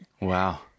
wow